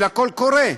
בשביל הקול-קורא,